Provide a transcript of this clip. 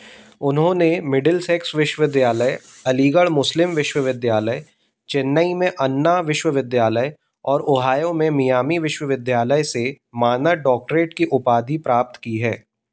उन्होंने मिडिलसेक्स विश्वविद्यालय अलीगढ़ मुस्लिम विश्वविद्यालय चेन्नई में अन्ना विश्वविद्यालय और ओहियो में मियामी विश्वविद्यालय से मानद डॉक्टरेट की उपाधि प्राप्त की है